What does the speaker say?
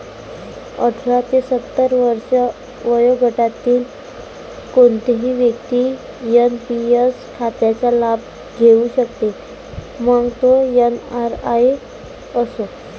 अठरा ते सत्तर वर्षे वयोगटातील कोणतीही व्यक्ती एन.पी.एस खात्याचा लाभ घेऊ शकते, मग तो एन.आर.आई असो